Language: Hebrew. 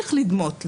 להמשיך לדמות לה.